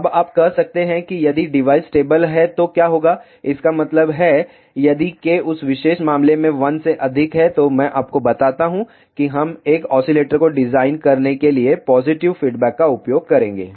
अब आप कह सकते हैं कि यदि डिवाइस स्टेबल है तो क्या होगा इसका मतलब है यदि K उस विशेष मामले में 1 से अधिक है तो मैं आपको बताता हूं कि हम एक ऑसीलेटर को डिजाइन करने के लिए पॉजिटिव फीडबैक का उपयोग करेंगे